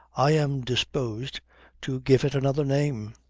i am disposed to give it another name.